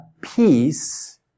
peace